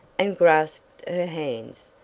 and grasped her hands,